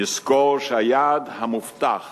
נזכור שהיעד המובטח